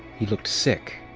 he looked sick.